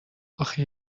آخه